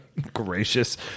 Gracious